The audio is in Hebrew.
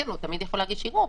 הוא תמיד יכול להגיש ערעור.